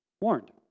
warned